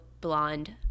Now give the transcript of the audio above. blonde